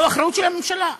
זו האחריות של הממשלה.